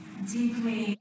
deeply